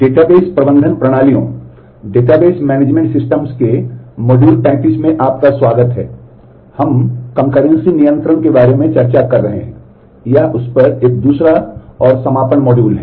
database प्रबंधन प्रणालियों नियंत्रण के बारे में चर्चा कर रहे हैं यह उस पर एक दूसरा और समापन मॉड्यूल है